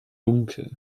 dunkel